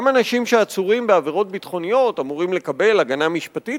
גם אנשים שעצורים בעבירות ביטחוניות אמורים לקבל הגנה משפטית,